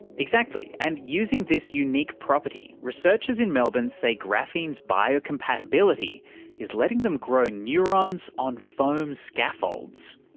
exactly, and using this unique property, researchers in melbourne say graphene's biocompatibility is letting them grow neurons on foam scaffolds.